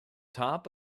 top